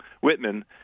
Whitman